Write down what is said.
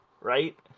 Right